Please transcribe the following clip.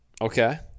Okay